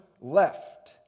left